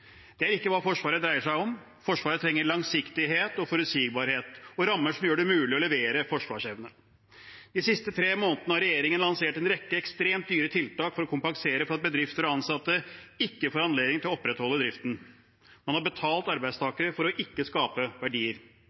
Det er ikke hva Forsvaret dreier seg om. Forsvaret trenger langsiktighet, forutsigbarhet og rammer som gjør det mulig å levere forsvarsevne. De siste tre månedene har regjeringen lansert en rekke ekstremt dyre tiltak for å kompensere for at bedrifter og ansatte ikke får anledning til å opprettholde driften. Man har betalt arbeidstakere for ikke å skape verdier.